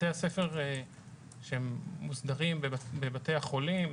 בתי הספר שהם מוסדרים בבתי החולים,